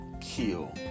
kill